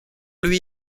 lui